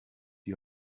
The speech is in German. die